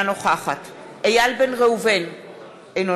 אינה